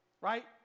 right